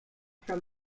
from